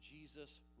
Jesus